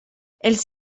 els